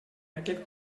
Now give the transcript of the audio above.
aquest